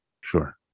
Sure